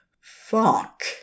Fuck